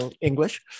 english